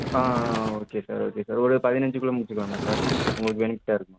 ஆ ஆ ஆ okay sir okay sir ஒரு பதினஞ்சிக்குள்ள முடிச்சிக்கலாமா சார் உங்களுக்கு பெனிஃபிட்டாக இருக்கும்